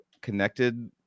connected